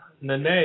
Nene